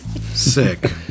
Sick